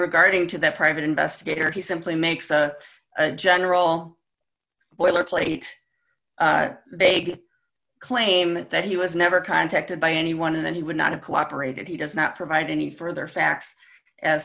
regarding to that private investigator he simply makes a general boilerplate big claim that he was never contacted by anyone and that he would not have cooperated he does not provide any further facts as